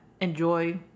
enjoy